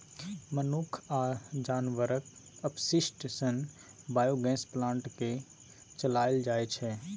मनुख आ जानबरक अपशिष्ट सँ बायोगैस प्लांट केँ चलाएल जाइ छै